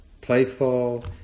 playful